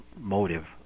motive